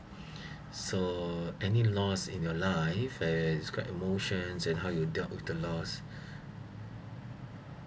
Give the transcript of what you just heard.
so any loss in your life and describe emotions and how you dealt with the loss